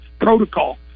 protocol